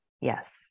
Yes